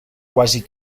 quasi